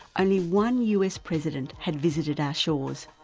only one us president had visited our shores,